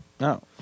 No